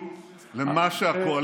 נא לשבת, בבקשה.